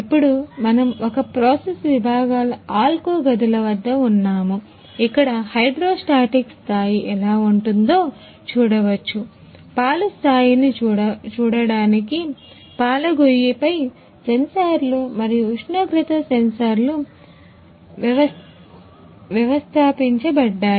ఇప్పుడు మనము ఒక ప్రాసెస్ విభాగాల ఆల్కో గదుల వద్ద ఉన్నాము ఇక్కడ హైడ్రోస్టాటిక్ స్థాయి ఎలా ఉంటుందో చూడవచ్చు పాలు స్థాయిని చూడటానికి పాలు గొయ్యిపై సెన్సార్లు మరియు ఉష్ణోగ్రత సెన్సార్లు వ్యవస్థాపించబడ్డాయి